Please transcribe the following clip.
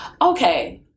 okay